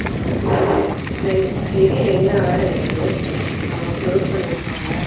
ஆமாம் ரை ஹெவி ரெயினாக வேறு இருக்குது க்ளோஸ் பண்ணியிருப்பாங்க